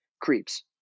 creeps